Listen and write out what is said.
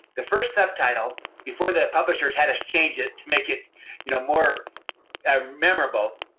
the first subtitle before the publishers had us change it to make it you know more ah memorable,